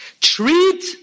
Treat